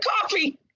coffee